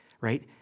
right